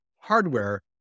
hardware